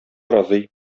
разый